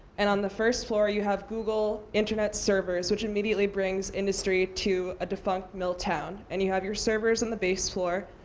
and on the first floor, you have google internet servers, which immediately brings industry to a defunct mill town. and you have your servers on and the base floor.